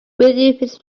makes